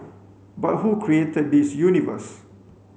but who created this universe